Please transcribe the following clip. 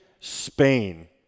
Spain